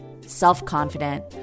self-confident